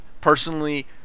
personally